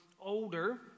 older